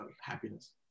happiness